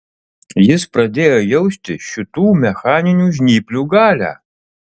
jis pradėjo jausti šitų mechaninių žnyplių galią